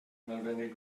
cymdogion